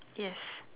yes